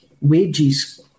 wages